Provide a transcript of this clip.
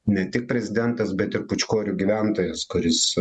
ne tik prezidentas bet ir pūčkorių gyventojas kuris